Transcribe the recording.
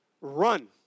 run